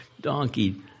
donkey